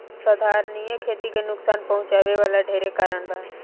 संधारनीय खेती के नुकसान पहुँचावे वाला ढेरे कारण बा